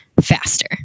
faster